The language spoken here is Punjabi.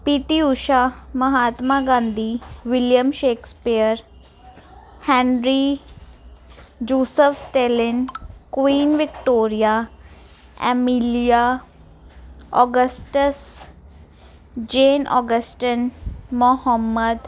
P T Usha Mahatma Gandhi William Shakespeare Henry Yusuf Stalin Queen Victoria Emilia Augustus Jane Austen Muhammad